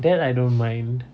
that I don't mind